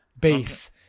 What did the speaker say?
base